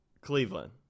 Cleveland